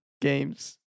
games